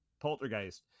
Poltergeist